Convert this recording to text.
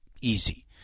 easy